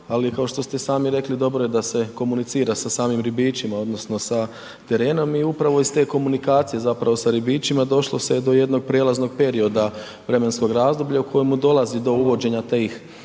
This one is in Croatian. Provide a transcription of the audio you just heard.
ali kao što ste i sami rekli dobro je da se komunicira sa samim ribičima odnosno sa terenom i upravo iz te komunikacije zapravo sa ribičima došlo se do jednog prijelaznog perioda vremenskog razdoblja u kojemu dolazi do uvođenja tih